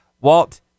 Walt